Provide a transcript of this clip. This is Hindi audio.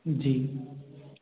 जी